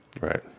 Right